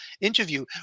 interview